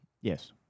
yes